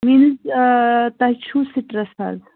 means تۅہہِ چُھوٕ citrus حظ